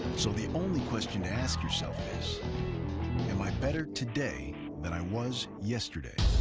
so the only question to ask yourself is am i better today than i was yesterday?